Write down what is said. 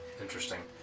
Interesting